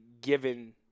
given